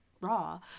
raw